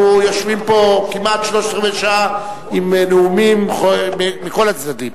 אנחנו יושבים פה כמעט שלושת-רבעי שעה עם נאומים מכל הצדדים.